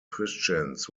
christians